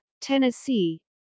Tennessee